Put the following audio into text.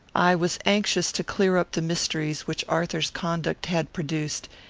i was anxious to clear up the mysteries which arthur's conduct had produced,